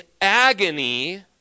agony